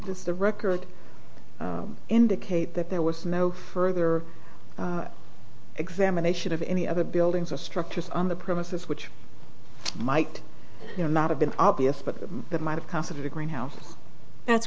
this the record indicate that there was no further examination of any other buildings or structures on the premises which might not have been obvious but that might have considered a green house that's